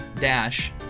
dash